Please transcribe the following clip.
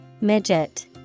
midget